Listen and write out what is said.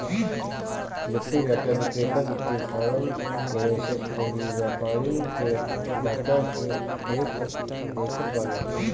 वित्तीय डाटा विक्रेता वित्तीय फ़रम, निवेशक अउरी व्यापारिन के डाटा देत बाने